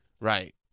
Right